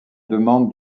demande